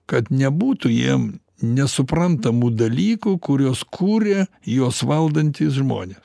kad nebūtų jiem nesuprantamų dalykų kuriuos kuria juos valdantys žmonės